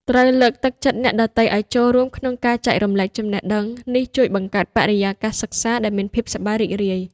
ត្រូវលើកទឹកចិត្តអ្នកដទៃឲ្យចូលរួមក្នុងការចែករំលែកចំណេះដឹង។ នេះជួយបង្កើតបរិយាកាសសិក្សាដែលមានភាពសប្បាយរីករាយ។